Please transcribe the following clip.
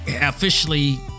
officially